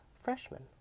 Freshman